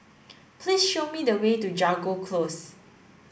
please show me the way to Jago Close